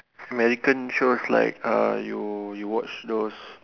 Americans shows like uh you you watch those